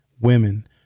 Women